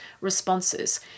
responses